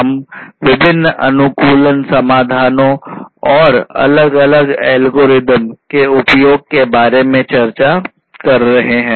हम विभिन्न अनुकूलन समाधानों और अलग अलग एल्गोरिदम के उपयोग के बारे में चर्चा कर रहे हैं